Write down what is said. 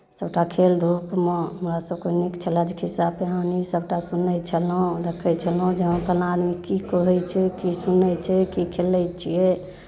सभटा खेलधूपमे हमरासभकेँ नीक छलै जे खिस्सा पिहानी सभटा सुनै छलहुँ देखै छलहुँ जे हँ फल्लाँ आदमी की करै छै की सुनै छै की खेलै छियै